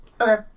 Okay